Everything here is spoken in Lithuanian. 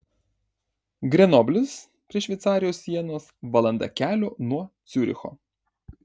grenoblis prie šveicarijos sienos valanda kelio nuo ciuricho